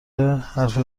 حرف